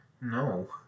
No